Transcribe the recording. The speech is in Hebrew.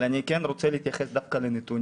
אבל אני כן רוצה להתייחס דווקא לנתונים,